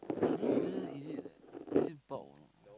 I don't know whether is it is it bald or not